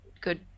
good